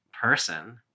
person